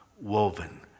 woven